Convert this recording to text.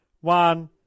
One